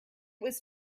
was